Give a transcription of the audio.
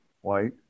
white